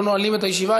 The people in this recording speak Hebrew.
לא נועלים את הישיבה,